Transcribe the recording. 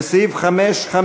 לסעיף 5(5)